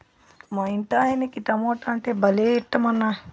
మా ఇంటాయనకి టమోటా అంటే భలే ఇట్టమన్నా